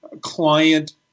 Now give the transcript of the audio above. client